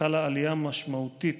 חלה עלייה משמעותית